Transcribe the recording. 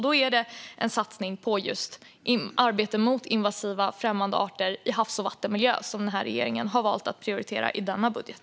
Det är just en satsning på arbete mot invasiva främmande arter i havs-och vattenmiljö som regeringen har valt att prioritera i denna budget.